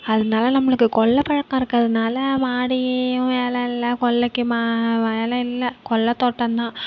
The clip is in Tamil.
அதனால நம்மளுக்கு கொல்லை புழக்கோம் இருக்கிறதுனால மாடியும் வேலயில்ல கொல்லைக்கும் வேலயில்ல கொல்லைத் தோட்டந்தான்